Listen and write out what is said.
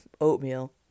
oatmeal